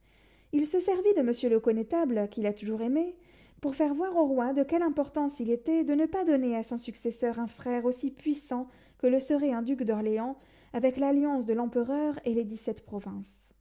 il se servit de monsieur le connétable qu'il a toujours aimé pour faire voir au roi de quelle importance il était de ne pas donner à son successeur un frère aussi puissant que le serait un duc d'orléans avec l'alliance de l'empereur et les dix-sept provinces